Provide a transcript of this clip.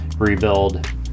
rebuild